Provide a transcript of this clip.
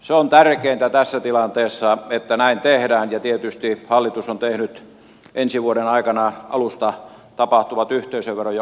se on tärkeintä tässä tilanteessa että näin tehdään ja tietysti hallitus on tehnyt ensi vuoden alusta tapahtuvat yhteisövero ja osinkoverouudistukset